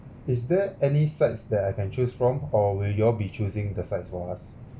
is there any sides that I can choose from or will you all be choosing the sides for us